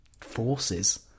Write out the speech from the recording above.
forces